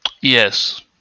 Yes